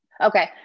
Okay